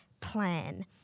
plan